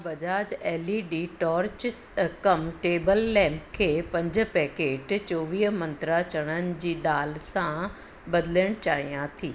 मां Bajaj L E D torches अ कमु टेबल लैंप खे पंज पैकेट चोवीह मंत्रा चणनि जी दालि सां बदिलणु चाहियां थी